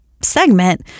segment